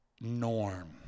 norm